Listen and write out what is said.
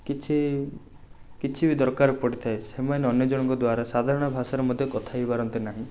କିଛି କିଛି ବି ଦରକାର ପଡ଼ିଥାଏ ସେମାନେ ଅନ୍ୟଜଣଙ୍କ ଦ୍ୱାରା ସାଧାରଣ ଭାଷାରେ ମଧ୍ୟ କଥା ହେଇପାରନ୍ତି ନାହିଁ